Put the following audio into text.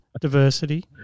diversity